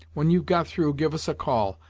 when you've got through give us a call,